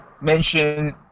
mention